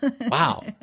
wow